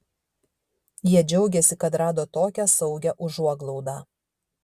jie džiaugiasi kad rado tokią saugią užuoglaudą